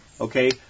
Okay